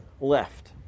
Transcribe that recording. left